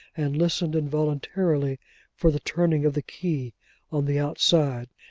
and listened involuntarily for the turning of the key on the outside.